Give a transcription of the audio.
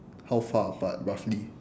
how far apart roughly